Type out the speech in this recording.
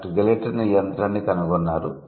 doctor guillotine ఈ యంత్రాన్ని కనుగొన్నారు